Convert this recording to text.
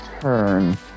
turn